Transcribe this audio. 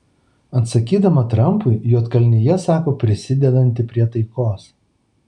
atsakydama trampui juodkalnija sako prisidedanti prie taikos